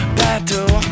battle